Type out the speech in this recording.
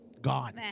Gone